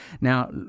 Now